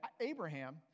Abraham